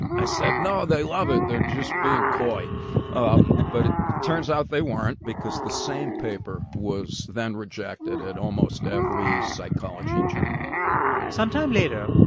i said, no, they love it. they're just being coy um but it it turns out they weren't because the same paper was then rejected at almost every psychology journal sometime later,